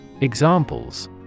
Examples